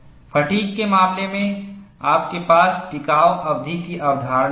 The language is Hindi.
फ़ैटिग् के मामले में आपके पास टिकाव अवधि की अवधारणा है